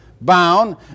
bound